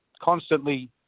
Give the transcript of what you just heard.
constantly